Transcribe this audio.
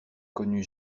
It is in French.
connu